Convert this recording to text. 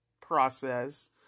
process